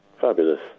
Fabulous